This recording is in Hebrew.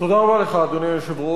תודה רבה לך, אדוני היושב-ראש.